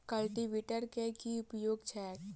Cultivator केँ की उपयोग छैक?